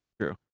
True